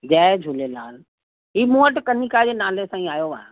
जय झूलेलाल हीअ मूं वटि कनिका जे नाले सां ई आयो आहे